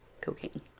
cocaine